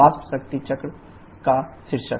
वाष्प शक्ति चक्र का शीर्षक